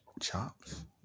Chops